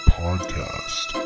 podcast